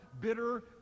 bitter